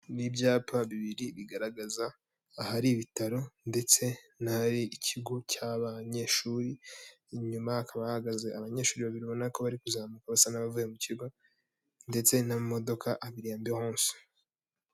Ibyapa bibiri bigaragaza ahari ibitaro ndetse n'ahari ikigo cy'abanyeshuri, inyuma hakaba hahagaze abanyeshuri babiri ubona ko bari kuzamuka basa n'abavuye mu kigo, ndetse n'amamodoka abiri ya Behonse.